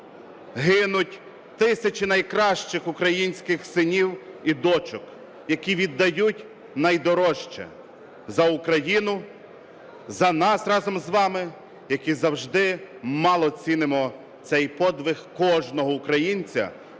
гинуть тисячі найкращих українських синів і дочок, які віддають найдорожче за Україну, за нас разом із вами, які завжди мало цінимо цей подвиг кожного українця